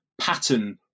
pattern